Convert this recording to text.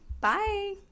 Bye